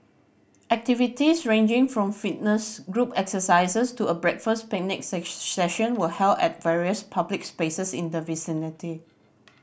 activities ranging from fitness group exercises to a breakfast picnic session were held at various public spaces in the vicinity